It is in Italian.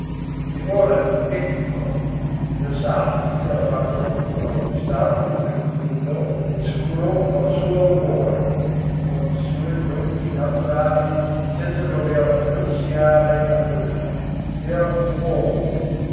ora ecco il sarti s'era fatto uno stato tranquillo e sicuro col suo lavoro con le sue doti naturali senza dover rinunziare a nulla era un uomo